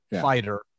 fighter